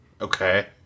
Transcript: Okay